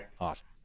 awesome